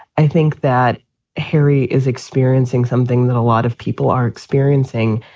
i think that harry is experiencing something that a lot of people are experiencing.